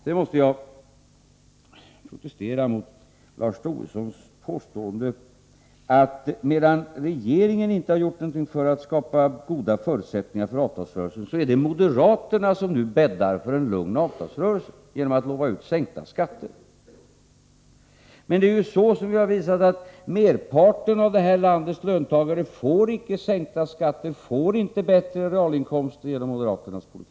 Sedan måste jag protestera mot Lars Tobissons påstående att regeringen inte har gjort någonting för att skapa goda förutsättningar för avtalsrörelsen, medan moderaterna nu bäddar för en lugn avtalsrörelse genom att utlova sänkta skatter. Men som vi har visat får ju inte merparten av landets löntagare sänkta skatter eller högre realinkomster genom moderaternas politik.